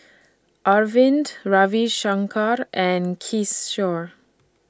Arvind Ravi Shankar and Kishore